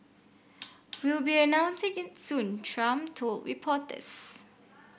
we'll be announce soon Trump told reporters